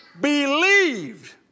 believed